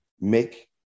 make